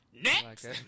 next